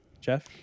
Jeff